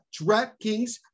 DraftKings